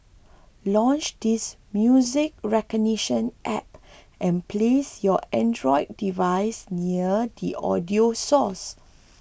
launch this music recognition app and place your Android device near the audio source